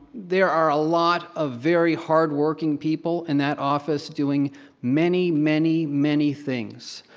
there are a lot of very hardworking people in that office doing many, many, many things.